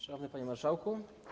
Szanowny Panie Marszałku!